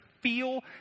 feel